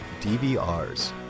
DVRs